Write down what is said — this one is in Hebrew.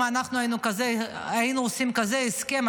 אם אנחנו היינו עושים כזה הסכם,